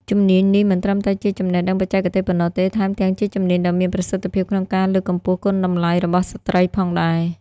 ជំនាញនេះមិនត្រឹមតែជាចំណេះដឹងបច្ចេកទេសប៉ុណ្ណោះទេ ថែមទាំងជាជំនាញដ៏មានប្រសិទ្ធភាពក្នុងការលើកកម្ពស់គុណតម្លៃរបស់ស្ត្រីផងដែរ។